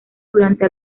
durante